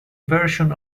version